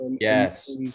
yes